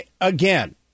again